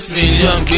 million